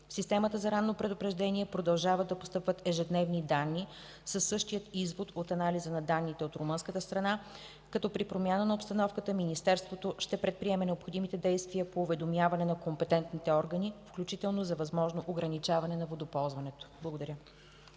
Системата за ранно предупреждение продължават да постъпват ежедневни данни със същия извод от анализа на данните от румънската страна, като при промяна на обстановката Министерството ще предприеме необходимите действия по уведомяване на компетентните органи, включително за възможно ограничаване на водоползването Благодаря.